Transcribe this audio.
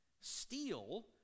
steal